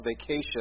vacation